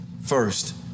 first